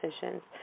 decisions